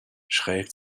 schräg